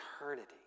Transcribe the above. eternity